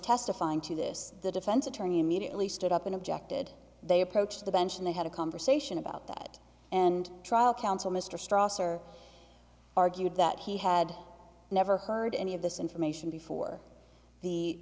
testifying to this the defense attorney immediately stood up and objected they approached the bench and they had a conversation about that and trial counsel mr stross or argued that he had never heard any of this information before the